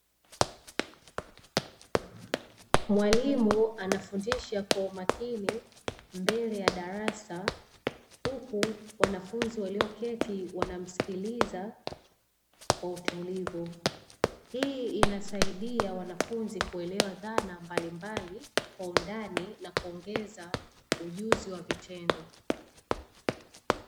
Mwalimu anafundisha kwa umakini mbele ya darasa, huku wanafunzi walioketi wanamsikiliza kwa utulivu, hii inasaidia wanafunzi kuelewa dhana mbalimbali kwa undani na kuongeza ujuzi wa vitendo.